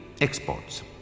exports